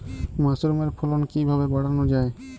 মাসরুমের ফলন কিভাবে বাড়ানো যায়?